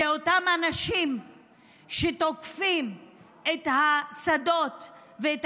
אלה אותם אנשים שתוקפים את השדות ואת